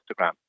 Instagram